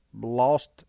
lost